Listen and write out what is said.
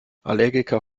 allergiker